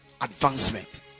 advancement